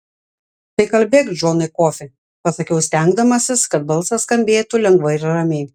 tai kalbėk džonai kofį pasakiau stengdamasis kad balsas skambėtų lengvai ir ramiai